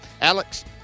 Alex